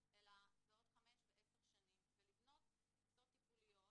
אלא בעוד חמש ועשר שנים, ולבנות תפיסות טיפוליות